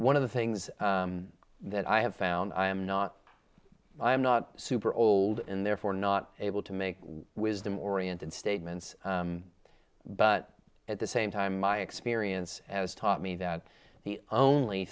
one of the things that i have found i am not i'm not super old and therefore not able to make wisdom oriented statements but at the same time my experience has taught me that the only